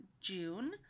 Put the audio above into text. June